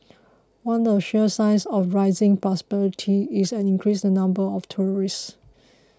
one of the sure signs of rising prosperity is an increase in the number of tourists